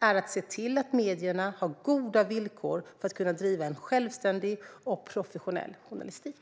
är att se till att medierna har goda villkor för att kunna driva en självständig och professionell journalistik.